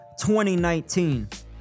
2019